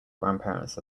grandparents